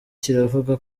kiravuga